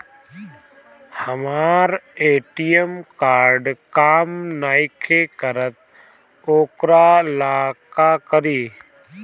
हमर ATM card काम नईखे करत वोकरा ला का करी?